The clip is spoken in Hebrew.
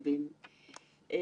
אז שתהיה לכם